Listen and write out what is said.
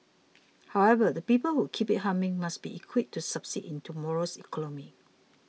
however the people who keep it humming must be equipped to succeed in tomorrow's economy